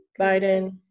Biden